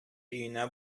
өенә